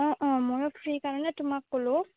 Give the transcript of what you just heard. অঁ অঁ ময়ো ফ্ৰী কাৰণে তোমাক ক'লোঁ